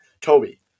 Toby